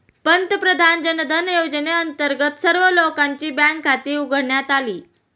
पंतप्रधान जनधन योजनेअंतर्गत सर्व लोकांची बँक खाती उघडण्यात आली